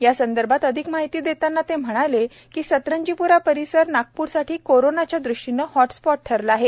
यासंदर्भात अधिक माहिती देताना ते म्हणाले सतरंजीप्रा परिसर नागप्रसाठी कोरोनाच्या दृष्टीने हॉटस्पॉट ठरला आहे